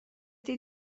ydy